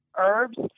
herbs